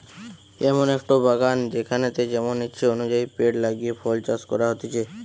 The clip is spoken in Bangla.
এমন একটো বাগান যেখানেতে যেমন ইচ্ছে অনুযায়ী পেড় লাগিয়ে ফল চাষ করা হতিছে